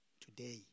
Today